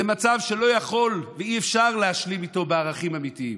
זה מצב שאי-אפשר להשלים איתו בערכים אמיתיים.